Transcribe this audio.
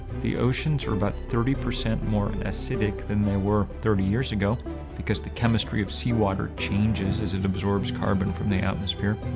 the oceans are about thirty percent more acidic than they were thirty years ago because the chemistry of sea water changes as it absorbs carbon from the atmosphere.